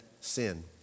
sin